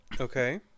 Okay